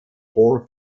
four